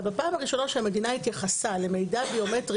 אבל בפעם הראשונה שהמדינה התייחסה למידע ביומטרי